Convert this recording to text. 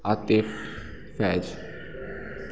Atif Faiz